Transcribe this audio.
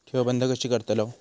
ठेव बंद कशी करतलव?